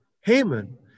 Haman